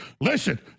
listen